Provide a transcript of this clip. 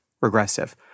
regressive